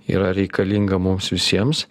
yra reikalinga mums visiems